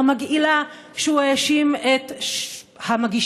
המגעילה שבה הוא האשים את המגישה,